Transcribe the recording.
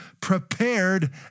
prepared